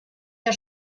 der